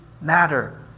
matter